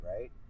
right